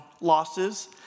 losses